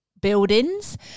buildings